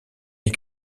est